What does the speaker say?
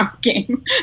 game